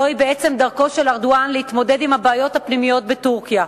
זו בעצם דרכו של ארדואן להתמודד עם הבעיות הפנימיות בטורקיה.